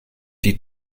die